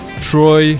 Troy